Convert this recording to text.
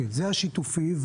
זה הרכב השיתופי.